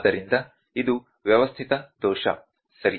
ಆದ್ದರಿಂದ ಇದು ವ್ಯವಸ್ಥಿತ ದೋಷ ಸರಿ